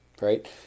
right